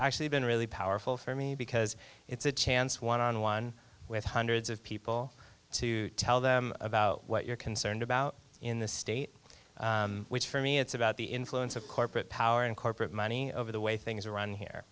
actually been really powerful for me because it's a chance one on one with hundreds of people to tell them about what you're concerned about in the state which for me it's about the influence of corporate power and corporate money over the way things are run here